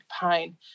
pain